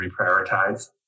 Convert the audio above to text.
reprioritize